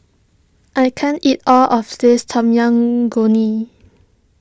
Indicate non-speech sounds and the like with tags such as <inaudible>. I can't eat all of this Tom Yam <unintelligible>